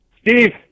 Steve